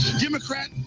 Democrat